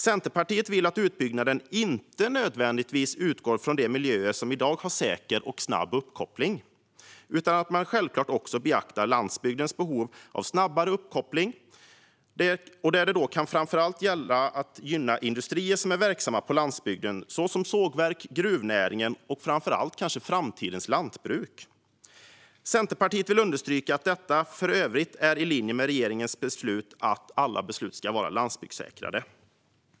Centerpartiet vill att utbyggnaden inte nödvändigtvis utgår från de miljöer som i dag har säker och snabb uppkoppling utan också beaktar landsbygdens behov av snabbare uppkoppling. Det kan gälla att gynna industrier som är verksamma på landsbygden såsom sågverk, gruvnäringen och framför allt framtidens lantbruk. Centerpartiet vill understryka att detta är i linje med regeringens beslut att alla beslut ska vara landsbygdssäkrade.